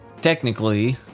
technically